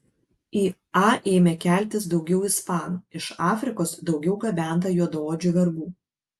į a ėmė keltis daugiau ispanų iš afrikos daugiau gabenta juodaodžių vergų